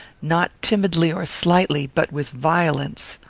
not timidly or slightly, but with violence.